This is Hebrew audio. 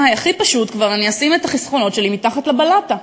הכי פשוט שאני כבר אשים את החסכונות שלי מתחת לבלטה,